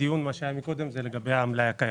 הדיון שהיה מקודם הוא לגבי המלאי הקיים.